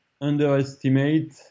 underestimate